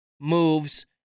moves